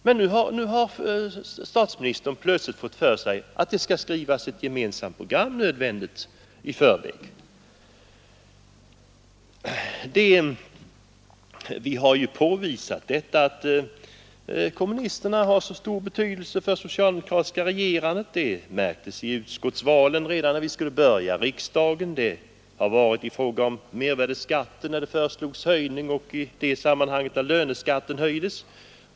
Men nu har statsministern plötsligt fått för sig att det nödvändigt skall skrivas ett gemensamt program i förväg Vi har ju påvisat att kommunisterna har stor betydelse för det socialdemokratiska regerandet. Det märktes i utskottsvalen redan när vi skulle börja riksdagen, när det föreslogs höjning av mervärdeskatten och när löneskatten höjdes.